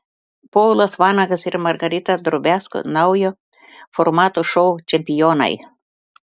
povilas vanagas ir margarita drobiazko naujo formato šou čempionai